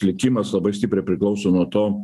likimas labai stipriai priklauso nuo to